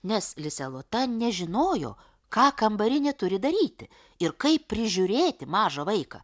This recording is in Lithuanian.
nes lisė lota nežinojo ką kambarinė turi daryti ir kaip prižiūrėti mažą vaiką